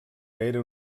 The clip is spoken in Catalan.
era